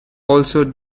also